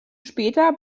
später